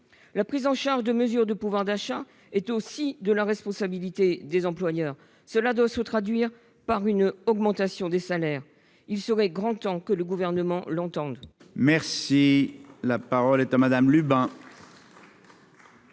La prise en charge de mesures en faveur du pouvoir d'achat relève aussi de la responsabilité des employeurs. Elle doit se traduire par une augmentation des salaires. Il serait grand temps que ce gouvernement l'entende